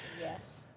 Yes